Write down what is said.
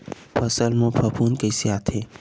फसल मा फफूंद कइसे आथे?